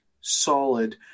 solid